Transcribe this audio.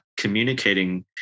communicating